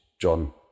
John